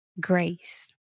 grace